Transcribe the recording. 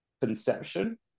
conception